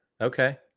okay